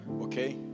Okay